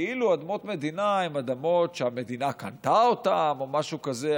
כאילו אדמות מדינה הן אדמות שהמדינה קנתה אותן או משהו כזה.